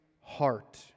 heart